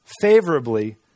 favorably